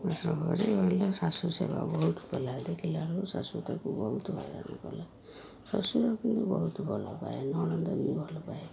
ସହରେ ରହିଲା ଶାଶୁ ସେବା ବହୁତ କଲା ଦେଖିଲାବେଳକୁ ଶାଶୁ ତାକୁ ବହୁତ ହଇରାଣ କଲା ଶ୍ୱଶୁର କିନ୍ତୁ ବହୁତ ଭଲପାଏ ନଣନ୍ଦ ବି ଭଲ